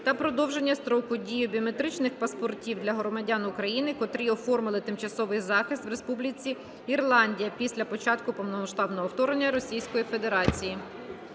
та продовження строку дії біометричних паспортів для громадян України, котрі оформили тимчасовий захист в Республіці Ірландія після початку повномасштабного вторгнення Російської Федерації.